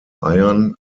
eiern